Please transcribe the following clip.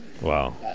wow